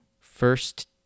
first